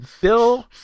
Bill